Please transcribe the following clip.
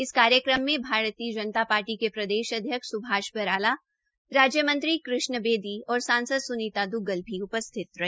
इस कार्यक्रम में भारतीय जनता पार्टी के प्रदेश अध्यक्ष स्भाष बराला राज्यमंत्री कृष्ण बेदी और सांसद सुनीता दुग्गल भी उपस्थित रहे